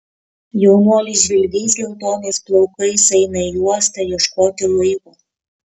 jaunuolis žvilgiais geltonais plaukais eina į uostą ieškoti laivo